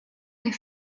les